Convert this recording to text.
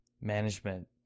management